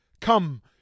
Come